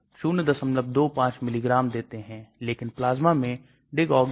और जैव रासायनिक गुण महत्वपूर्ण है उपापचय